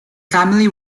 family